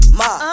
ma